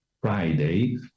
Friday